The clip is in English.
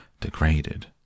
degraded